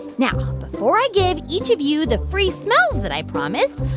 now, before i give each of you the free smoke that i promised,